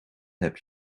heb